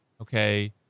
okay